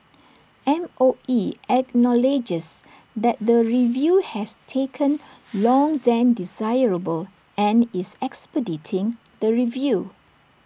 M O E acknowledges that the review has taken long than desirable and is expediting the review